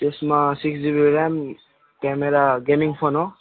त्यसमा six GB RAM camera gaming phone हो